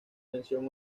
mención